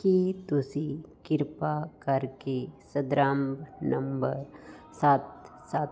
ਕੀ ਤੁਸੀਂ ਕਿਰਪਾ ਕਰਕੇ ਸੰਦਰਭ ਨੰਬਰ ਸੱਤ ਸੱਤ